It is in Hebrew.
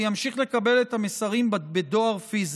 והוא ימשיך לקבל את המסרים בדואר פיזי.